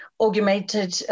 augmented